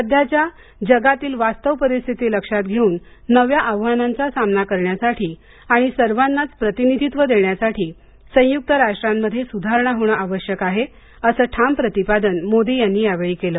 सध्याच्या जगातील वास्तव परिस्थिती लक्षात घेऊन नव्या आव्हानांचा सामना करण्यासाठी आणि सर्वांनाच प्रतिनिधित्व देण्यासाठी संयुक्त राष्ट्रांमध्ये सुधारणा होणं आवश्यक आहे असं ठाम प्रतिपादन मोदी यांनी यावेळी केलं